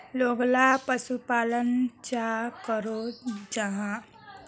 लोकला पशुपालन चाँ करो जाहा?